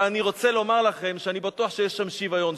ואני רוצה לומר לכם שאני בטוח שיש שם שוויון,